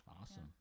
awesome